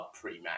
pre-match